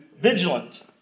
vigilant